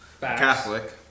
Catholic